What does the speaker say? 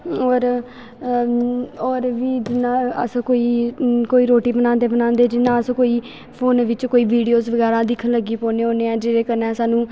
होर होर बी जियां अस कोई कोई रोटी बनांदे बनांदे जियां अस कोई फोन बिच्च कोई वीडियोज बगैरा दिक्खन लग्गी पौन्ने होन्ने आं जेह्दे कन्नै सानूं